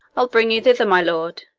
i'll bring you thither, my lord,